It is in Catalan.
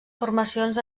formacions